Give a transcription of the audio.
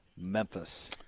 Memphis